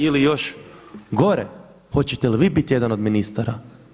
Ili još gore hoćete li vi biti jedan od ministara?